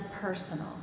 personal